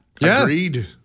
Agreed